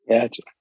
Gotcha